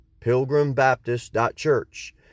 pilgrimbaptist.church